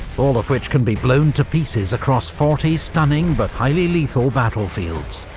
all of which can be blown to pieces across forty stunning but highly lethal battlefields.